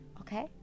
Okay